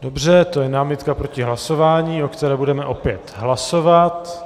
Dobře, to je námitka proti hlasování, o které budeme opět hlasovat.